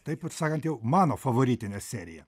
taip ir sakant jau mano favoritinė serija